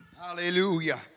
Hallelujah